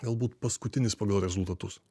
galbūt paskutinis pagal rezultatus